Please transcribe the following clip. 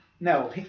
No